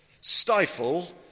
stifle